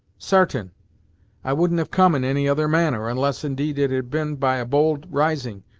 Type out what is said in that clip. sartain i woul'n't have come in any other manner, unless indeed it had been by a bold rising,